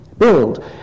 build